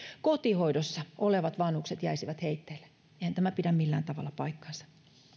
kotihoidossa olevat vanhukset jäisivät heitteille eihän tämä pidä millään tavalla paikkaansa